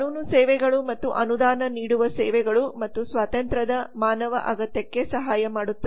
ಕಾನೂನು ಸೇವೆಗಳು ಮತ್ತು ಅನುದಾನ ನೀಡುವ ಸೇವೆಗಳು ಮತ್ತು ಸ್ವಾತಂತ್ರ್ಯದ ಮಾನವ ಅಗತ್ಯಕ್ಕೆ ಸಹಾಯ ಮಾಡುತ್ತದೆ